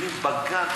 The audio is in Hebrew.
ילדים בגן,